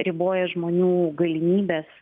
riboja žmonių galimybes